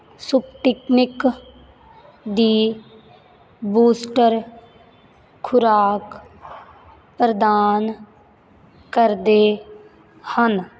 Sputnik ਦੀ booster ਖੁਰਾਕ ਪ੍ਰਦਾਨ ਕਰਦੇ ਹਨ